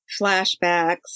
flashbacks